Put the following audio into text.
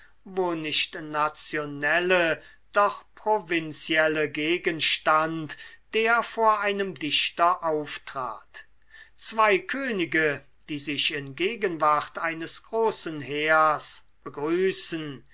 wo nicht nationelle doch provinzielle gegenstand der vor einem dichter auftrat zwei könige die sich in gegenwart eines großen heers begrüßen